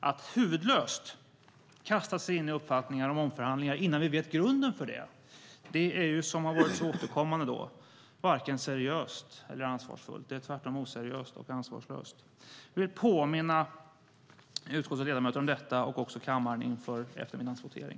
Att huvudlöst kasta sig in i uppfattningar om omförhandlingar innan vi vet grunden för det, vilket har varit återkommande, är varken seriöst eller ansvarsfullt. Det är tvärtom oseriöst och ansvarslöst. Jag vill påminna utskottets ledamöter och även kammaren om detta inför eftermiddagens votering.